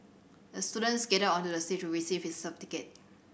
the student skated onto the stage to receive his certificate